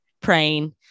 praying